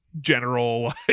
general